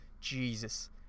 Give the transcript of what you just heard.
Jesus